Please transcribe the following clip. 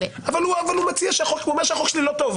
הוא אומר שהחוק שלי לא טוב.